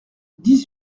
dix